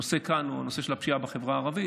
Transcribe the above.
הנושא כאן הוא הנושא של הפשיעה בחברה הערבית,